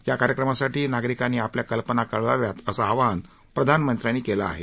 या कार्यक्रमासाठी नागरिकांनी आपल्या कल्पना कळवाव्यात असं आवाहन प्रधानमंत्र्यांनी केलं आहे